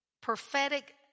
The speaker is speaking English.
prophetic